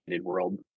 world